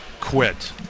quit